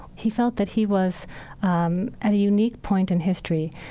he felt that he was um at a unique point in history,